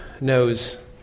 knows